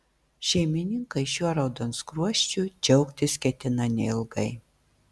šeimininkai šiuo raudonskruosčiu džiaugtis ketina neilgai